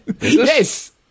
Yes